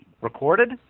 Recorded